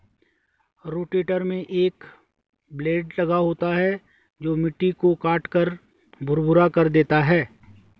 rotator में एक blade लगा होता है जो मिट्टी को काटकर भुरभुरा कर देता है